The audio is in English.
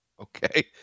Okay